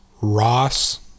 Ross